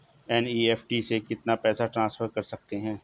NEFT से कितना पैसा ट्रांसफर कर सकते हैं?